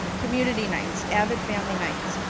community nights, avid family nights,